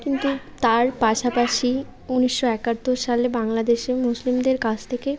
কিন্তু তার পাশাপাশি উনিশশো একাত্তর সালে বাংলাদেশের মুসলিমদের কাছ থেকে